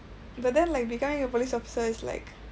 but then like becoming a police officer is like